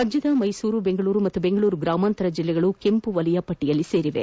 ರಾಜ್ಯದ ಮೈಸೂರು ಬೆಂಗಳೂರು ಮತ್ತು ಬೆಂಗಳೂರು ಗ್ರಾಮಾಂತರ ಜಿಲ್ಲೆಗಳು ಕೆಂಪುವಲಯ ಪಟ್ಟಿಲ್ಲಿವೆ